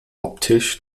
optisch